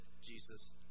Jesus